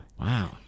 Wow